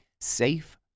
safe